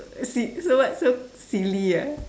si~ so what so silly ah